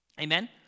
Amen